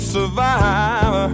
Survive